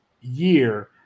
year